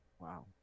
Wow